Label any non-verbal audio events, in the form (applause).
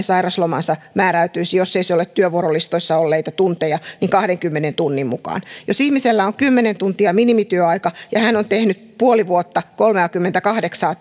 (unintelligible) sairauslomansa määräytyisi jos ne eivät ole työvuorolistoissa olleita tunteja kahdenkymmenen tunnin mukaan jos ihmisellä on kymmenen tuntia minimityöaika ja hän on tehnyt puoli vuotta kolmeakymmentäkahdeksaa (unintelligible)